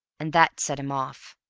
and that set him off.